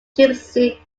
gipsy